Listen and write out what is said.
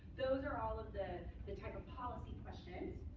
those are all of the the type of policy questions